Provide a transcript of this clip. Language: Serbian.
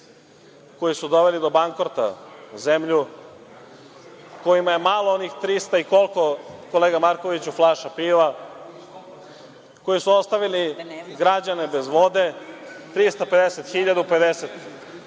koji su doveli do bankrota zemlju, kojima je malo onih trista i koliko, kolega Markoviću, flaša piva, koji su ostavili građane bez vode, 350, 1.050,